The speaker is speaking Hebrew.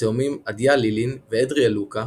התאומים אדיה לילין ואדריאל לוקה